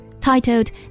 titled